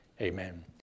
Amen